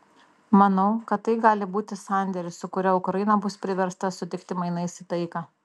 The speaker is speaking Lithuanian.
manau kad tai gali būti sandėris su kuriuo ukraina bus priversta sutikti mainais į taiką